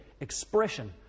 expression